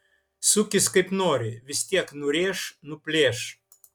sukis kaip nori vis tiek nurėš nuplėš